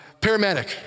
paramedic